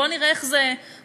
בואו נראה איך זה משפיע.